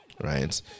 right